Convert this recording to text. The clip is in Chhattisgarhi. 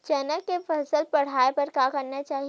चना के फसल बढ़ाय बर का करना चाही?